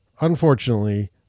unfortunately